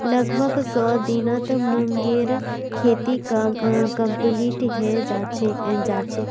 लगभग सौ दिनत मूंगेर खेती कंप्लीट हैं जाछेक